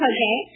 Okay